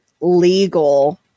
legal